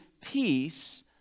peace